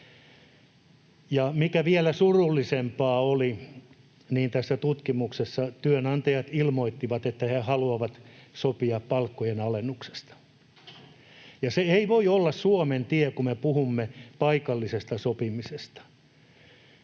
Ja mikä vielä surullisempaa, tässä tutkimuksessa työnantajat ilmoittivat, että he haluavat sopia palkkojen alennuksesta. Se ei voi olla Suomen tie, kun me puhumme paikallisesta sopimisesta.